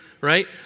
right